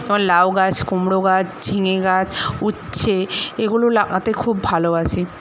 তারপর লাউ গাছ কুমড়ো গাছ ঝিঙে গাছ উচ্ছে এগুলো লাগাতে খুব ভালোবাসি